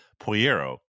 Poyero